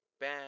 bad